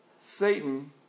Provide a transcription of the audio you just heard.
Satan